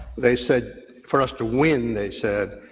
they said for us to win, they said,